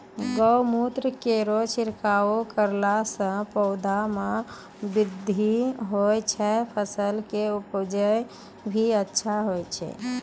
गौमूत्र केरो छिड़काव करला से पौधा मे बृद्धि होय छै फसल के उपजे भी अच्छा होय छै?